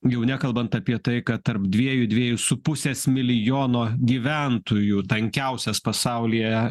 jau nekalbant apie tai kad tarp dviejų dviejų su pusės milijono gyventojų tankiausias pasaulyje